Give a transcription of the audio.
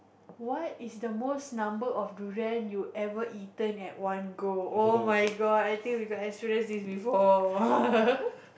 what is the most number of durian you ever eaten at one go oh-my-god I think we got experience this before